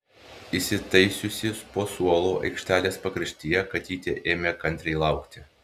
įsitaisiusi po suolu aikštelės pakraštyje katytė ėmė kantriai laukti